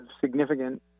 significant